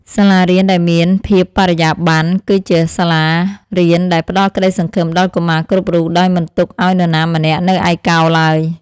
សាលារៀនដែលមានភាពបរិយាបន្ន គឺជាសាលារៀនដែលផ្តល់ក្តីសង្ឃឹមដល់កុមារគ្រប់រូបដោយមិនទុកឱ្យនរណាម្នាក់នៅឯកោឡើយ។